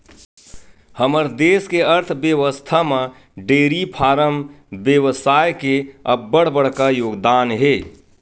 हमर देस के अर्थबेवस्था म डेयरी फारम बेवसाय के अब्बड़ बड़का योगदान हे